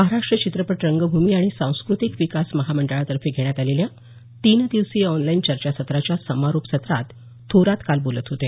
महाराष्ट्र चित्रपट रंगभूमी आणि सांस्कृतिक विकास महामंडळातर्फे घेण्यात आलेल्या तीन दिवसीय ऑनलाईन चर्चासत्राच्या समारोप सत्रात थोरात काल बोलत होते